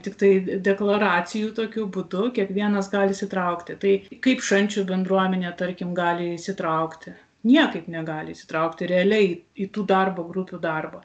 tiktai deklaracijų tokiu būdu kiekvienas gali įsitraukti tai kaip šančių bendruomenė tarkim gali įsitraukti niekaip negali įsitraukti realiai į tų darbo grupių darbą